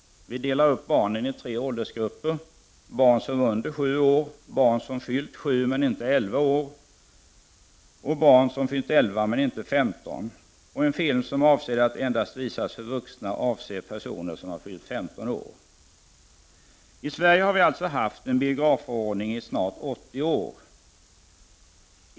Barnen delas upp i tre åldersgrupper; barn som är under sju år, barn som fyllt sju men inte elva år, och barn som fyllt elva men inte femton år. En film som är avsedd att endast visas för vuxna är avsedd för personer som har fyllt femton år. I Sverige har vi alltså haft en biografförordning i snart 80 år.